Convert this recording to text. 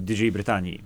didžiajai britanijai